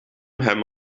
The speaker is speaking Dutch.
hem